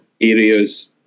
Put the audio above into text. areas